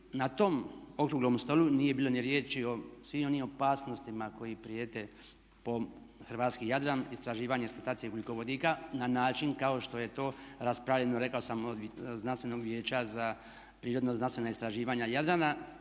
na tom okruglom stolu nije bilo ni riječi o svim onim opasnostima koji prijete po hrvatski Jadran, istraživanje, eksploatacije ugljikovodika na način kao što je to raspravljeno rekao sam od Znanstvenog vijeća za prirodno-znanstvena istraživanja Jadrana,